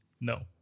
no